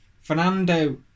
Fernando